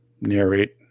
narrate